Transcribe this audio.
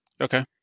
Okay